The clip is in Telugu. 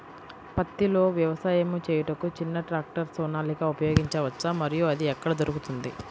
పత్తిలో వ్యవసాయము చేయుటకు చిన్న ట్రాక్టర్ సోనాలిక ఉపయోగించవచ్చా మరియు అది ఎక్కడ దొరుకుతుంది?